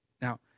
Now